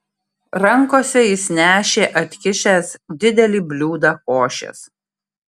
rankose jis nešė atkišęs didelį bliūdą košės